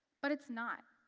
but it's not.